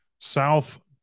South